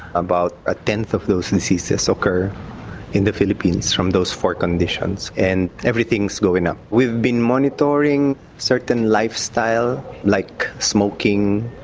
about a tenth of those and diseases so so occur in the philippines from those four conditions and everything is going up. we've been monitoring certain lifestyles like smoking,